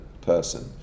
person